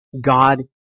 God